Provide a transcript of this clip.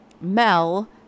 Mel